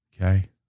Okay